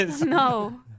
No